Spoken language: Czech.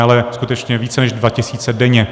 Ale skutečně více než 2 tisíce denně.